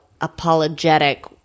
apologetic